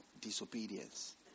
disobedience